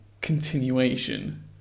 continuation